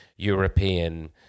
European